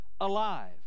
alive